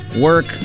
work